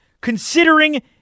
considering